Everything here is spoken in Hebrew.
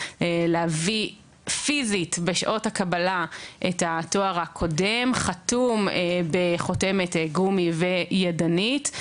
להביא פיזית בשעות הקבלה את התואר הקודם חתום בחותמת גומי וידנית.